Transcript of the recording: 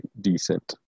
decent